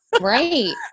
Right